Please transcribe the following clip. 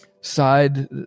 side